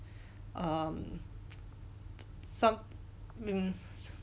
um some mm